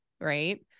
right